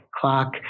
clock